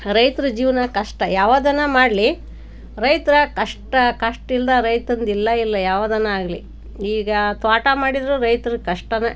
ರೈತರ ಜೀವನ ಕಷ್ಟ ಯಾವುದನ್ನು ಮಾಡಲೀ ರೈತರ ಕಷ್ಟ ಕಷ್ಟ ಇಲ್ಲದ ರೈತಂದು ಇಲ್ಲ ಇಲ್ಲ ಯಾವುದನ್ನಾಗಲೀ ಈಗ ತೋಟ ಮಾಡಿದರೂ ರೈತ್ರಿಗೆ ಕಷ್ಟಾನೇ